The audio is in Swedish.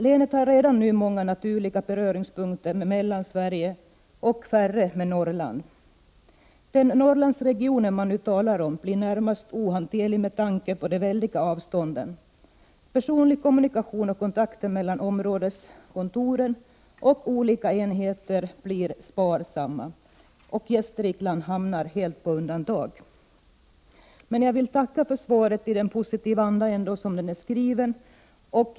Länet har redan nu många naturliga beröringspunkter med Mellansverige och färre med Norrland. Den Norrlandsregion man nu talar om blir närmast ohanterlig med tanke på de väldiga avstånden. Personlig kommunikation och kontakter mellan områdeskontoren och olika enheter blir sparsamma. Gästrikland hamnar helt på undantag. Jag vill ändå tacka för svaret som är skrivet i en positiv anda.